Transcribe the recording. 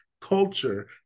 culture